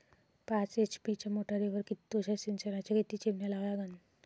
पाच एच.पी च्या मोटारीवर किती तुषार सिंचनाच्या किती चिमन्या लावा लागन?